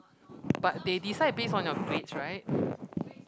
but they decide base on your grades right